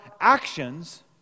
actions